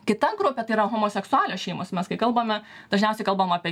kita grupė tai yra homoseksualios šeimos mes kai kalbame dažniausiai kalbam apie